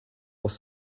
was